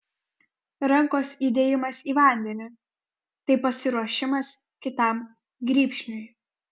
rankos įdėjimas į vandenį tai pasiruošimas kitam grybšniui